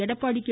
Edappadi K